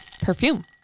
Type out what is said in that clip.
perfume